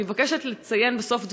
אני מבקשת לציין בסוף דברי,